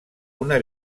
una